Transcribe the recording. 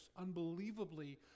unbelievably